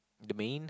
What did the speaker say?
The Maine